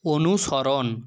অনুসরণ